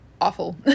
awful